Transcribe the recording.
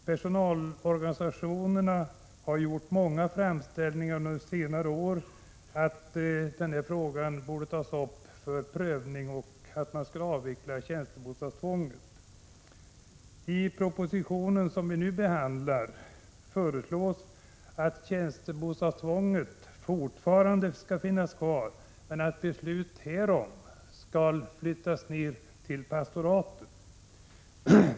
Personalorganisationerna har gjort många framställningar under senare år om att frågan bör tas upp till prövning och att tjänstebostadstvånget bör avvecklas. I den proposition som vi nu behandlar föreslås att tjänstebostadstvånget fortfarande skall finnas kvar men att besluten skall flyttas ned till pastoraten.